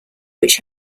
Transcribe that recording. which